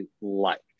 liked